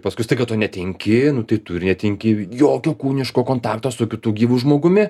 paskui staiga tu netenki nu tai tu ir netenki jokio kūniško kontakto su kitu gyvu žmogumi